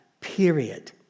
period